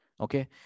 Okay